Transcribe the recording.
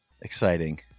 exciting